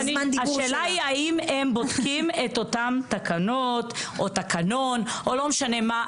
השאלה היא האם הם בודקים את אותן תקנות או תקנון או לא משנה מה?